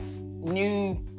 new